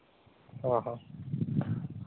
ᱦᱚᱸ ᱦᱚᱸ